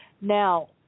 Now